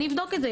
אבדוק את זה.